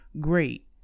Great